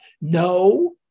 No